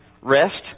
rest